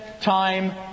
time